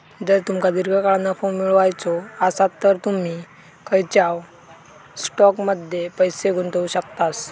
जर तुमका दीर्घकाळ नफो मिळवायचो आसात तर तुम्ही खंयच्याव स्टॉकमध्ये पैसे गुंतवू शकतास